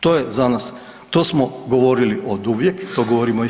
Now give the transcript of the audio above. To je za nas, to smo govorili oduvijek, to govorimo i sad.